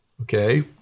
Okay